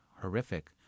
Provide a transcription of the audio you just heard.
horrific